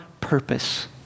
purpose